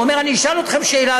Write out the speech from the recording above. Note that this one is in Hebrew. הוא אומר: אני אשאל אתכם שאלה,